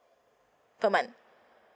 per month